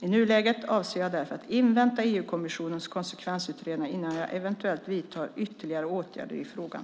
I nuläget avser jag därför att invänta EU-kommissionens konsekvensutredningar innan jag eventuellt vidtar ytterligare åtgärder i frågan.